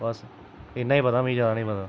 बस इन्ना ही पता मिकी ज्यादा नि पता